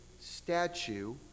statue